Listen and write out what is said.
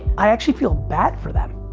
i actually feel bad for them.